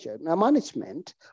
management